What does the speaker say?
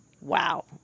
Wow